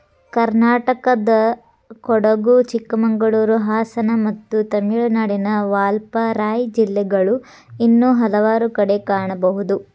ಕರ್ನಾಟಕದಕೊಡಗು, ಚಿಕ್ಕಮಗಳೂರು, ಹಾಸನ ಮತ್ತು ತಮಿಳುನಾಡಿನ ವಾಲ್ಪಾರೈ ಜಿಲ್ಲೆಗಳು ಇನ್ನೂ ಹಲವಾರು ಕಡೆ ಕಾಣಬಹುದು